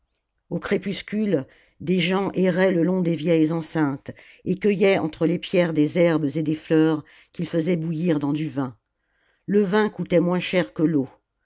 au crépuscule des gens erraient le long des vieilles enceintes et cueillaient entre les pierres des herbes et des fleurs qu'ils faisaient bouillir dans du vin le vin coûtait moins cher que l'eau